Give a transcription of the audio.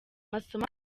masomo